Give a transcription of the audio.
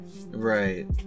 right